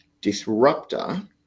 disruptor